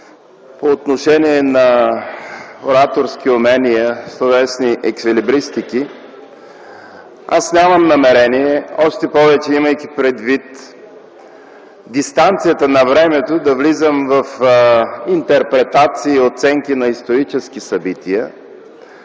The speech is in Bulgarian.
по отношение на ораторски умения и словесни еквилибристики. Нямам намерение, още повече имайки предвид дистанцията на времето, да влизам в интерпретации и оценки на исторически събития.